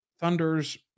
Thunder's